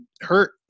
hurt